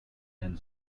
and